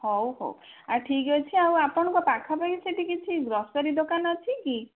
ହଉ ହଉ ଆଉ ଠିକ୍ ଅଛି ଆଉ ଆପଣଙ୍କ ପାଖାପାଖି ସେଠି କିଛି ଗ୍ରୋସରି ଦୋକାନ ଅଛି କି